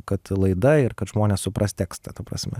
kad laida ir kad žmonės supras tekstą ta prasme